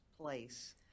place